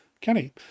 Kenny